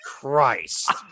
Christ